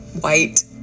white